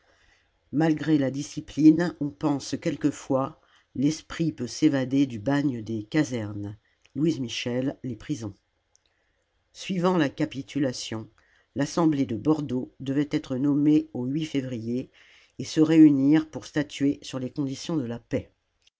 malgré la discipline on pense quelquefois l'esprit peut s'évader du bagne des casernes l m les prisons suivant la capitulation l'assemblée de bordeaux devait être nommée au février et se réunir pour statuer sur les conditions de la paix